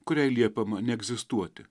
kuriai liepiama neegzistuoti